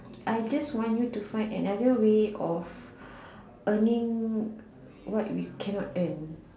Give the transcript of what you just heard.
I just want you to find another way of earning what we can not earn